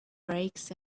brakes